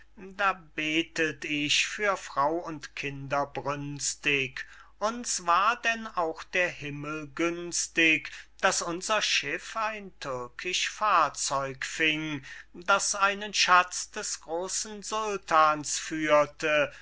da betet ich für frau und kinder brünstig uns war denn auch der himmel günstig daß unser schiff ein türkisch fahrzeug fing das einen schatz des großen sultans führte